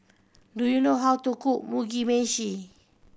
do you know how to cook Mugi Meshi